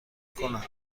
کنند